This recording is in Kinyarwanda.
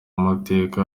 amateka